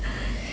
所以 lah